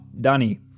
Danny